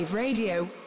Radio